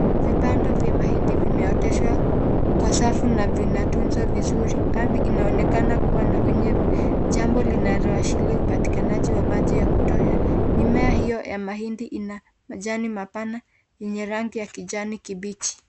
Vitanda vya mahindi kimeonyeshwa Kwa safu na vinatunza vizuri. Ardhi inaonekana kuwa na unyevu, jambo lina rashilia upatikanaji wa maji wa kutosha. Mimea hiyo ya mahindi ina majani mabana yenye rangi ya kijani kibichi.